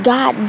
God